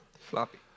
Floppy